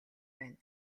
байна